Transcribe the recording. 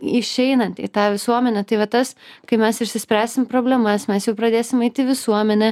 išeinant į tą visuomenę tai va tas kai mes išsispręsim problemas mes jau pradėsim eit į visuomenę